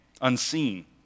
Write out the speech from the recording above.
unseen